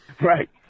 Right